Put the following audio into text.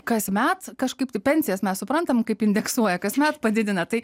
kasmet kažkaip tai pensijas mes suprantame kaip indeksuoja kasmet padidina tai